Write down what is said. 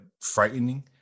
frightening